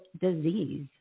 disease